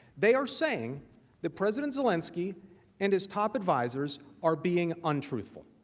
they are saying that president zelensky and his top advisers are being untruthful.